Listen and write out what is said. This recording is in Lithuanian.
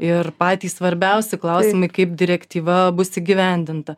ir patys svarbiausi klausimai kaip direktyva bus įgyvendinta